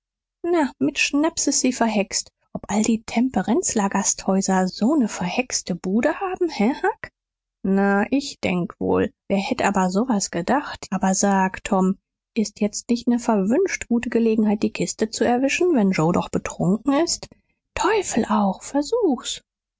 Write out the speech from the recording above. na mit schnaps ist sie verhext ob all die temperenzler gasthäuser so ne verhexte bude haben he huck na ich denk wohl wer hätt aber so was gedacht aber sag tom ist jetzt nicht ne verwünscht gute gelegenheit die kiste zu erwischen wenn joe doch betrunken ist teufel auch versuch's